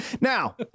Now